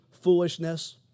foolishness